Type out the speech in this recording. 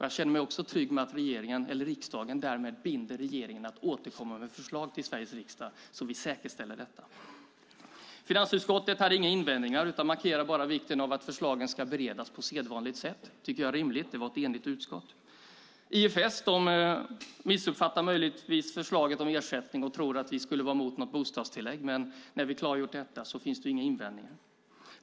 Jag känner mig också trygg med att riksdagen därmed binder regeringen att återkomma med förslag till Sveriges riksdag så att vi säkerställer detta. Finansutskottet hade inga invändningar utan markerar bara vikten av att förslagen ska beredas på sedvanligt sätt. Det tycker jag är rimligt. Det var ett enigt utskott som ansåg det. ISF missuppfattar möjligtvis förslaget om ersättning och tror att vi skulle vara emot något bostadstillägg, men när vi klargjort detta finns inga invändningar.